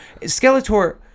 Skeletor